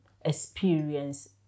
experience